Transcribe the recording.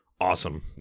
awesome